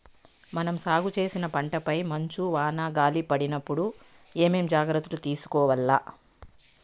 మనం సాగు చేసిన పంటపై మంచు, వాన, గాలి పడినప్పుడు ఏమేం జాగ్రత్తలు తీసుకోవల్ల?